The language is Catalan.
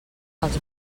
els